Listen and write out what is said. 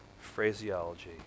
phraseology